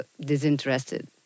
disinterested